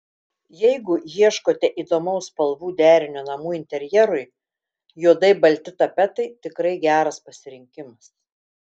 jeigu ieškote įdomaus spalvų derinio namų interjerui juodai balti tapetai tikrai geras pasirinkimas